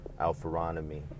Alpharonomy